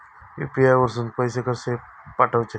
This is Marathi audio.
यू.पी.आय वरसून पैसे कसे पाठवचे?